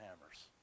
hammers